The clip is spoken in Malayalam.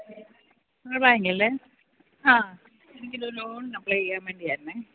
ബേങ്കല്ലേ ആ എനിക്കൊരു ലോണിന് അപ്ലൈ ചെയ്യാൻ വേണ്ടിയായിരുന്നേ